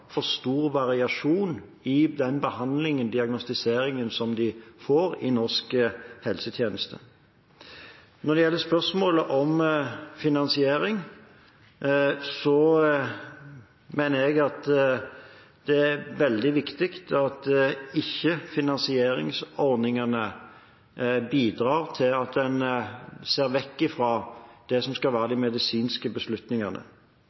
for stor variasjon i den behandlingen og diagnostiseringen de får i norsk helsetjeneste. Når det gjelder spørsmålet om finansiering, mener jeg at det er veldig viktig at ikke finansieringsordningene bidrar til at man ser bort fra det som skal være de medisinske beslutningene.